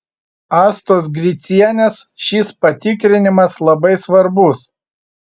astos gricienės šis patikrinimas labai svarbus